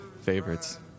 favorites